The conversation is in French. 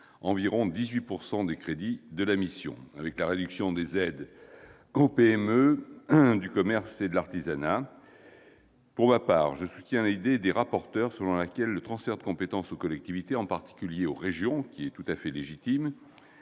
environ 18 % des crédits de la mission, avec la diminution des aides aux PME du commerce et de l'artisanat. Pour ma part, je soutiens l'idée des rapporteurs spéciaux selon laquelle le transfert de compétences aux collectivités, en particulier aux régions, qui est tout à fait légitime,